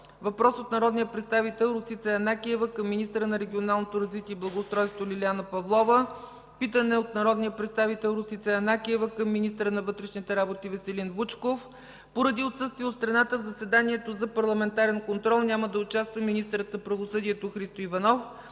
въпрос от народния представител Росица Янакиева към министъра на регионалното развитие и благоустройството Лиляна Павлова; - питане от народния представител Росица Янакиева към министъра на вътрешните работи Веселин Вучков. Поради отсъствие от страната в заседанието за парламентарен контрол няма да участва министърът на правосъдието Христо Иванов.